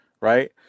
right